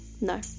no